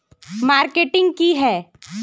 Marketing की है?